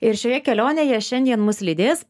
ir šioje kelionėje šiandien mus lydės